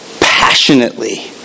passionately